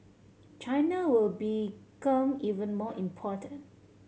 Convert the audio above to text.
China will become even more important